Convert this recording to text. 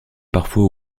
parfois